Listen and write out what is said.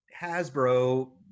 Hasbro